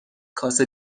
کاسه